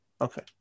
Okay